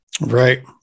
Right